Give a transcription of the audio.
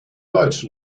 deutsch